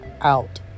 out